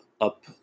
up